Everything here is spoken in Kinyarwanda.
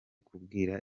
kubwira